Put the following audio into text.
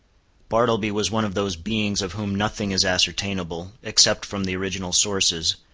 bartleby was one of those beings of whom nothing is ascertainable, except from the original sources,